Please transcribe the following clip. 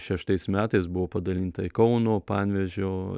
šeštais metais buvo padalinta į kauno panevėžio